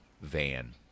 van